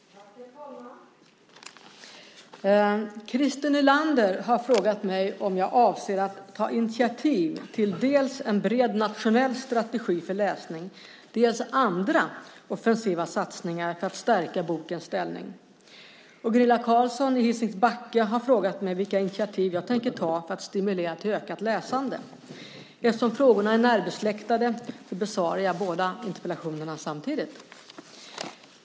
Herr talman! Christer Nylander har frågat mig om jag avser att ta initiativ till dels en bred nationell strategi för läsning, dels andra offensiva satsningar för att stärka bokens ställning. Gunilla Carlsson i Hisings Backa har frågat mig vilka initiativ jag tänker ta för att stimulera till ökat läsande. Eftersom frågorna är närbesläktade besvarar jag båda interpellationerna samtidigt.